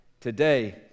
Today